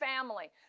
family